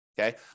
Okay